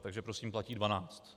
Takže prosím, platí dvanáct.